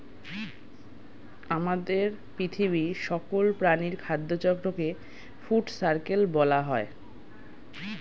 আমাদের পৃথিবীর সকল প্রাণীর খাদ্য চক্রকে ফুড সার্কেল বলা হয়